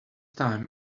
time